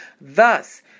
Thus